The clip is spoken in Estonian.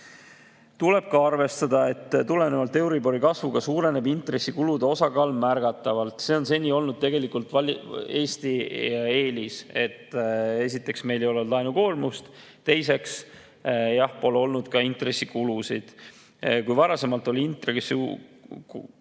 Tuleb ka arvestada, et tulenevalt euribori kasvust suureneb intressikulude osakaal märgatavalt. See on seni tegelikult olnud Eesti eelis, et esiteks, meil ei ole olnud laenukoormust, teiseks pole olnud ka intressikulusid. Varasemalt on intressikulude